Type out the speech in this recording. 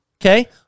okay